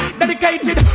dedicated